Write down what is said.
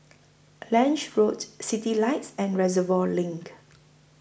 Lange Road Citylights and Reservoir LINK